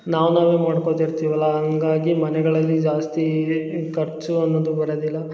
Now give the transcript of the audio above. ನಾವು ನಾವೇ ಮಾಡ್ಕೊಳ್ತಿರ್ತೀವಲ್ಲ ಹಂಗಾಗಿ ಮನೆಗಳಲ್ಲಿ ಜಾಸ್ತಿ ಖರ್ಚು ಅನ್ನೋದು ಬರದಿಲ್ಲ